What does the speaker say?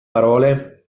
parole